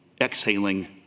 exhaling